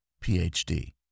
Ph.D